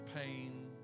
pain